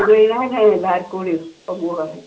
എല്ലാവർക്കും കൂടി ഒപ്പം പോവാം